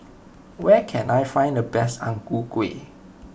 where can I find the best Ang Ku Kueh